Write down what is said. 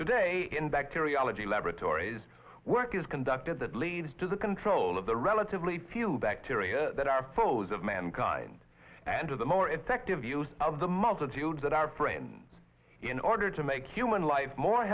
today in bacteriology laboratories work is conducted that leads to the control of the relatively few bacteria that are foes of mankind and to the more effective use of the multitudes that our friends in order to make human life more